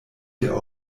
der